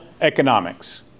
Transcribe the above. economics